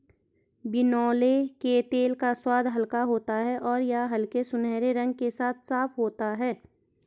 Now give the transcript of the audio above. बिनौले के तेल का स्वाद हल्का होता है और यह हल्के सुनहरे रंग के साथ साफ होता है